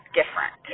different